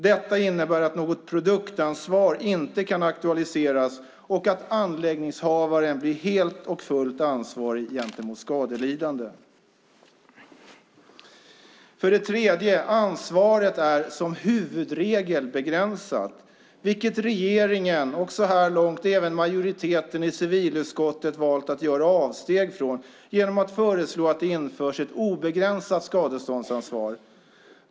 Detta innebär att något produktansvar inte kan aktualiseras och att anläggningshavaren blir helt och fullt ansvarig gentemot skadelidande. För det tredje: Ansvaret är som huvudregel begränsat, vilket regeringen och så här långt även majoriteten i civilutskottet har valt att göra avsteg från genom att föreslå att det införs ett obegränsat skadeståndsansvar.